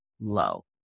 low